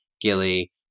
Gilly